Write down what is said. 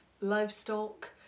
livestock